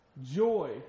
Joy